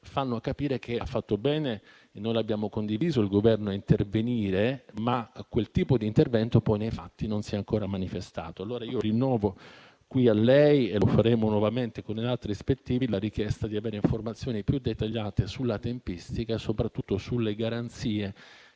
fanno capire che ha fatto bene - e noi abbiamo condiviso - il Governo a intervenire, ma quel tipo di intervento poi, nei fatti, non si è ancora manifestato. Rinnovo qui a lei e lo faremo nuovamente con atti di sindacato ispettivo la richiesta di avere informazioni più dettagliate sulla tempistica e soprattutto sulle garanzie